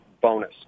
bonus